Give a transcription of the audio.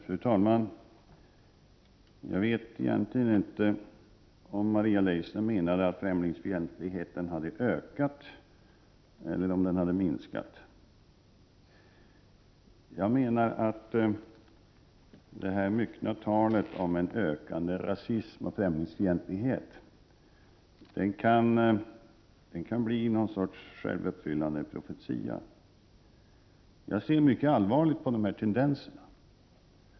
Fru talman! Jag vet egentligen inte om Maria Leissner menade att främlingsfientligheten hade ökat eller om den hade minskat. Jag menar att detta myckna tal om en ökande främlingsfientlighet och rasism kan bli något av en självuppfyllande profetia. Jag ser mycket allvarligt på de här tendenserna.